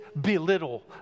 belittle